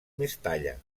mestalla